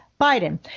Biden